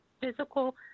physical